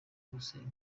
gusenya